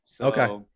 Okay